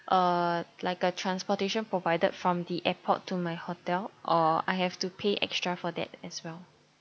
uh like a transportation provided from the airport to my hotel or I have to pay extra for that as well